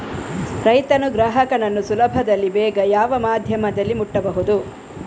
ರೈತನು ಗ್ರಾಹಕನನ್ನು ಸುಲಭದಲ್ಲಿ ಬೇಗ ಯಾವ ಮಾಧ್ಯಮದಲ್ಲಿ ಮುಟ್ಟಬಹುದು?